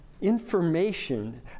information